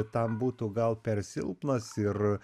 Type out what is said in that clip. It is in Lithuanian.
tam būtų gal per silpnas ir